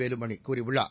வேலுமணிகூறியுள்ளார்